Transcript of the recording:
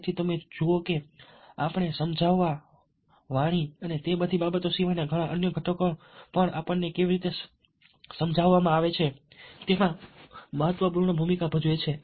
તેથી તમે જુઓ કે આપણે સમજાવવા વાણી અને તે બધી બાબતો સિવાયના ઘણા અન્ય ઘટકો પણ આપણને કેવી રીતે સમજાવવામાં આવે છે તેમાં મહત્વપૂર્ણ ભૂમિકા ભજવે છે